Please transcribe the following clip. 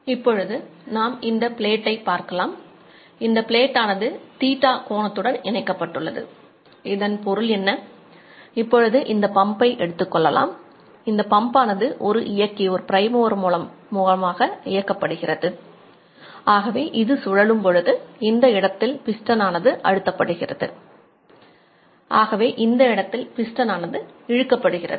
இப்பொழுது நாம் இந்த பிளேட்டை வெளியிடப்படுகிறது